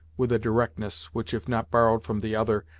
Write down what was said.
with a directness, which if not borrowed from the other,